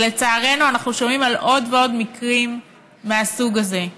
ולצערנו אנחנו שומעים על עוד ועוד מקרים מהסוג הזה.